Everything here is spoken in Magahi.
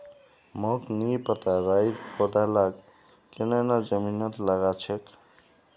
मोक नी पता राइर पौधा लाक केन न जमीनत लगा छेक